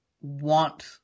want